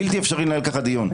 בלתי אפשרי לקיים כך דיון.